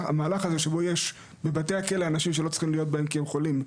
המהלך הזה שבו יש בבתי הכלא אנשים שלא צריכים להיות בהם כי הם חולים,